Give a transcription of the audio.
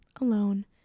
alone